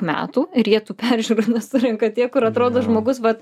metų ir jie tų peržiūrų nesurenka tie kur atrodo žmogus bet